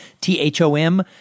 T-H-O-M